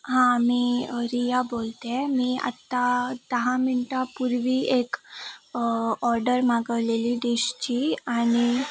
हां मी रीया बोलते आहे मी आत्ता दहा मिंटापूर्वी एक ऑर्डर मागवलेली डिशची आणि